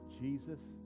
Jesus